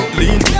lean